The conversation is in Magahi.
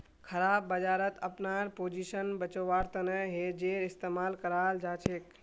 खराब बजारत अपनार पोजीशन बचव्वार तने हेजेर इस्तमाल कराल जाछेक